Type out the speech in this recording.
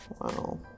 Wow